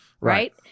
right